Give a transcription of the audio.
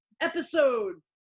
episode